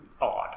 odd